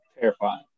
Terrifying